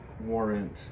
warrant